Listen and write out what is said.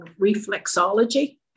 reflexology